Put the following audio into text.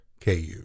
KU